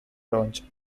launched